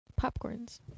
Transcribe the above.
popcorns